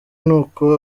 nuko